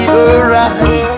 alright